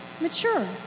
mature